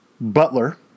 Butler